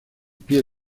pie